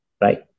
right